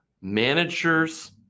managers